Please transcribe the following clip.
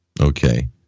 Okay